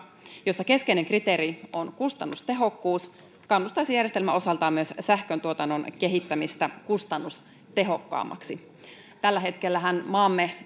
siinä keskeinen kriteeri on kustannustehokkuus kannustaisi järjestelmä osaltaan myös sähköntuotannon kehittämistä kustannustehokkaammaksi tällä hetkellähän maamme